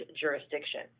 jurisdiction